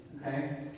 Okay